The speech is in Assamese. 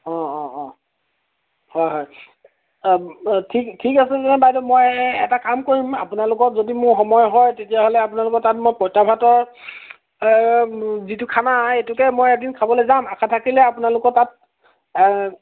অঁ অঁ অঁ হয় হয় ঠিক আছে তেনে বাইদেউ মই এটা কাম কৰিম আপোনালোক যদি মোৰ সময় হয় তেতিয়াহ'লে আপোনালোকৰ তাত পইতা ভাতৰ যিটো খানা হয় সেইটোকে মই এদিন খাবলৈ যাম আশা থাকিলে আপোনালোকৰ তাত